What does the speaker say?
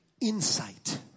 insight